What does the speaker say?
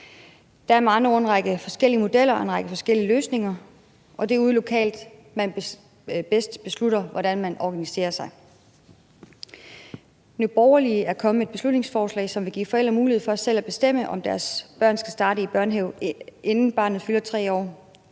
Der er med andre ord en række forskellige modeller og en række forskellige løsninger, og det er ude lokalt, man bedst beslutter, hvordan man organiserer sig. Nye Borgerlige er kommet med et beslutningsforslag, som vil give forældre mulighed for selv at bestemme, om deres børn skal starte i børnehave, inden barnet fylder 3 år.